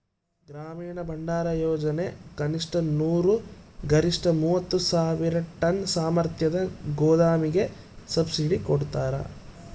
ಗ್ರಾಮೀಣ ಭಂಡಾರಯೋಜನೆ ಕನಿಷ್ಠ ನೂರು ಗರಿಷ್ಠ ಮೂವತ್ತು ಸಾವಿರ ಟನ್ ಸಾಮರ್ಥ್ಯದ ಗೋದಾಮಿಗೆ ಸಬ್ಸಿಡಿ ಕೊಡ್ತಾರ